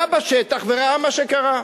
שהיה בשטח וראה מה שקרה.